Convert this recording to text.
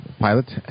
pilot